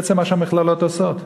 בעצם מה שהמכללות עושות.